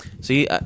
See